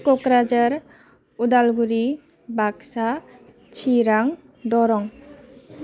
Kokrajhar Udalguri Baksa Chirang Darrang